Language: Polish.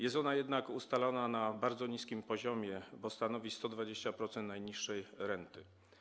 Jest ona jednak ustalona na bardzo niskim poziomie, bo stanowi 120% najniższej renty.